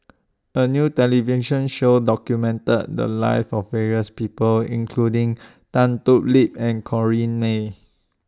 A New television Show documented The Lives of various People including Tan Thoon Lip and Corrinne May